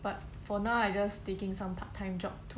but for now I just taking some part time job